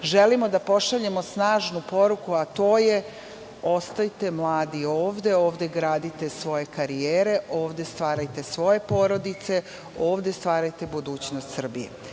želimo da pošaljemo snažnu poruku, a to je – ostajte mladi ovde, ovde gradite svoje karijere, ovde stvarajte svoje porodice, ovde stvarajte budućnost Srbije.